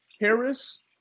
Harris